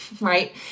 right